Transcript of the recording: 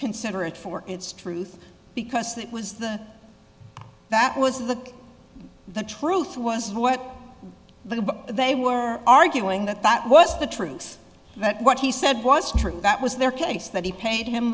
consider it for its truth because that was the that was look the truth was what they were arguing that that was the truth that what he said was true that was their case that he paid him